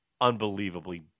unbelievably